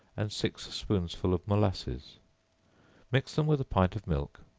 and six spoonsful of molasses mix them with a pint of milk,